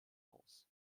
aus